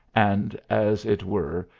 and, as it were,